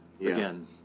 again